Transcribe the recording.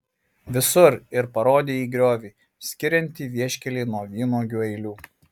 visur ir parodė į griovį skiriantį vieškelį nuo vynuogių eilių